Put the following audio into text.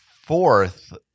fourth